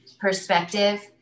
perspective